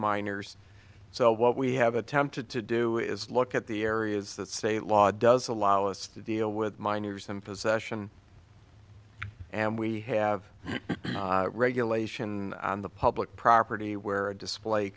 minors so what we have attempted to do is look at the areas that state law does allow us to deal with minors and possession and we have regulation on the public property where a display